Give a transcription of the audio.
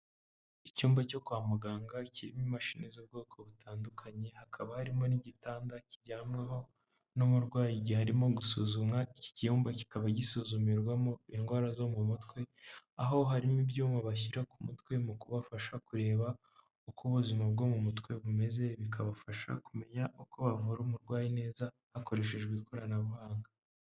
Icyumba cyo kwa muganga kirimo imashini z'ubwoko butandukanye, hakaba harimo n'igitanda kiryamwaho n'umurwayi igihe harimo gusuzumwa, iki cyumba kikaba gisuzumirwamo indwara zo mu mutwe, aho harimo ibyuma bashyira ku mutwe mu kubafasha kureba uko ubuzima bwo mu mutwe bumeze, bikabafasha kumenya uko bavura umurwayi neza hakoreshejwe ikoranabuhanga.